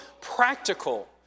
practical